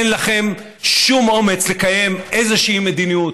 אין לכם שום אומץ לקיים איזושהי מדיניות,